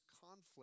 conflict